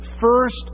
first